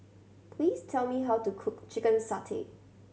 please tell me how to cook chicken satay